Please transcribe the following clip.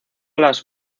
las